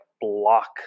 block